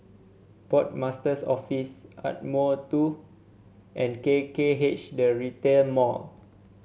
Port Master's Office Ardmore Two and K K H The Retail Mall